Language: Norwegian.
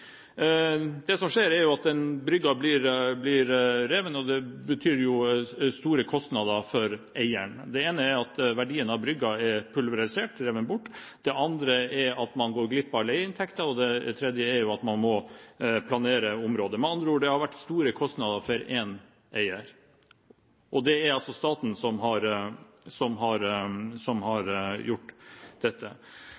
Det som skjer, er at brygga blir revet, og det betyr store kostnader for eieren. Det ene er at verdien av brygga er pulverisert, revet bort, det andre er at man går glipp av leieinntekter, og det tredje er at man må planere området. Med andre ord: Det har vært store kostnader for én eier. Og det er altså staten som har